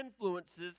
influences